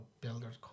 builder's